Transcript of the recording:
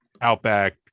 outback